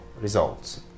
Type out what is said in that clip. results